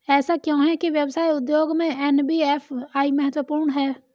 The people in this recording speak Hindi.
ऐसा क्यों है कि व्यवसाय उद्योग में एन.बी.एफ.आई महत्वपूर्ण है?